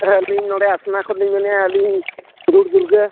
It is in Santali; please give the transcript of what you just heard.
ᱛᱟᱦᱮ ᱟᱹᱞᱤᱧ ᱱᱚᱰᱮ ᱟᱥᱱᱟ ᱠᱷᱚᱱ ᱞᱤᱧ ᱢᱮᱱᱮᱜᱼᱟ ᱟᱹᱞᱤᱧ ᱦᱩᱫᱩᱲ ᱫᱩᱨᱜᱟᱹ